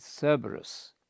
Cerberus